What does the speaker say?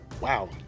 Wow